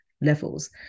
levels